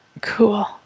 cool